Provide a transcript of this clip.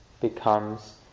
becomes